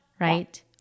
right